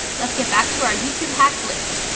let's get back to our youtube hacks list.